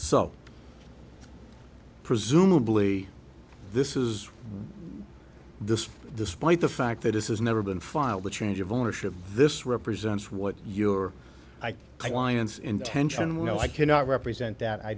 so presumably this is this despite the fact that is has never been filed a change of ownership this represents what your clients intention well i cannot represent that i